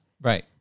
Right